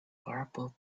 garbled